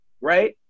Right